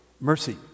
mercy